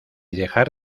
dejar